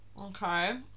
Okay